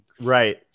Right